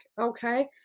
okay